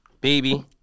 Baby